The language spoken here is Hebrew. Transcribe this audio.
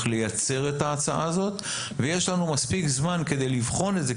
לייצר את ההצעה הזאת ויש לנו מספיק זמן כדי לבחון את זה,